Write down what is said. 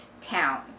town